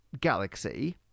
galaxy